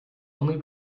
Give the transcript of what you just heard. only